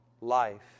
life